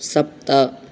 सप्त